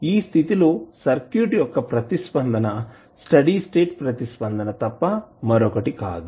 ఈ స్థితి లో సర్క్యూట్ యొక్క ప్రతిస్పందన స్టడీ స్టేట్ ప్రతిస్పందన తప్ప మరొకటి కాదు